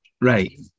Right